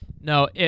No